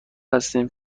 هستیم